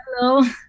Hello